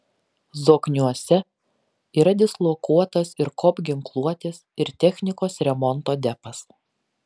zokniuose yra dislokuotas ir kop ginkluotės ir technikos remonto depas